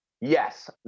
yes